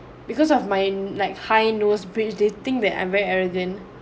because of mine like high nose bridge they thing that I'm very arrogant